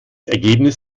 ergebnis